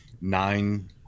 nine